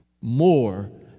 More